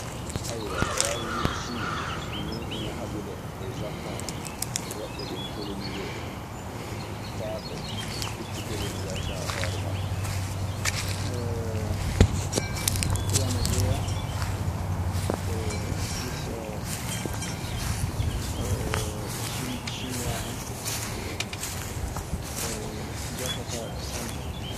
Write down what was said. Ayewa aɗa wawi wide Siin meeɗinon haɓude e japon hen, waɓe dum koloniser hen fa ɓe iti kolonisation e horee maɓe. Ɗun ana jeyaa ŋissa sinuaa sin sinuaa en jatotaaɗo sanne.